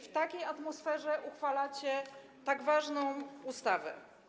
W takiej atmosferze uchwalacie tak ważną ustawę.